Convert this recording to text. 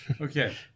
Okay